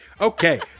Okay